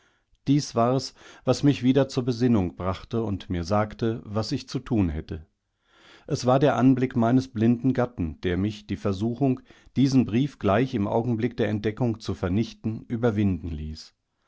du darauf wartetest daß ich wieder sprechenwürde währenddusounschuldigwarstanallerkenntnisdessen wassodicht indeinernähegeschah dieswares wasmichwiederzurbesinnungbrachteundmir sagte was ich zu tun hätte es war der anblick meines blinden gatten der mich die versuchung diesen brief gleich im augenblick der entdeckung zu vernichten überwinden ließ